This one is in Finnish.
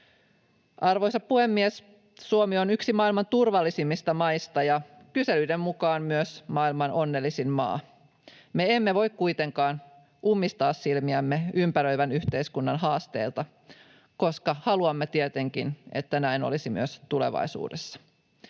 Arvoisa puhemies! Suomi on yksi maailman turvallisimmista maista ja kyselyiden mukaan myös maailman onnellisin maa. Me emme voi kuitenkaan ummistaa silmiämme ympäröivän yhteiskunnan haasteilta, koska haluamme tietenkin, että näin olisi myös tulevaisuudessa.